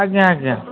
ଆଜ୍ଞା ଆଜ୍ଞା